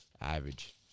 average